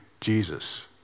Jesus